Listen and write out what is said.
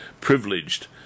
privileged